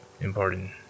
important